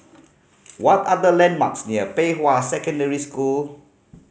what are the landmarks near Pei Hwa Secondary School